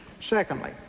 Secondly